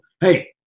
hey